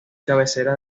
cabecera